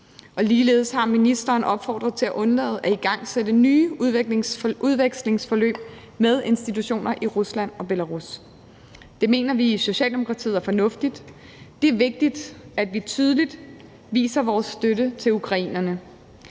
Ligeledes har ministeren opfordret til at undlade at igangsætte nye udviklingsforløb med institutioner i Rusland og Belarus. Det mener vi i Socialdemokratiet er fornuftigt. Det er vigtigt, at vi tydeligt viser vores støtte til Ukraine.